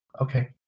Okay